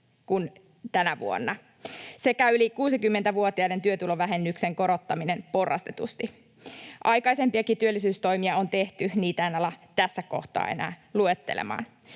kuin tänä vuonna, sekä yli 60-vuotiaiden työtulovähennyksen korottaminen porrastetusti. Aikaisemminkin työllisyystoimia on tehty, niitä en ala tässä kohtaa enää luettelemaan.